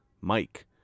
Mike